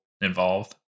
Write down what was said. involved